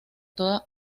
toda